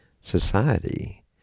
society